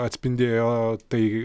atspindėjo tai